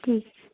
ਠੀਕ